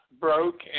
broke